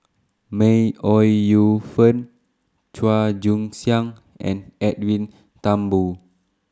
May Ooi Yu Fen Chua Joon Siang and Edwin Thumboo